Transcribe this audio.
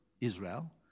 Israel